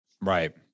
Right